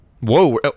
Whoa